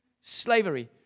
slavery